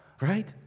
right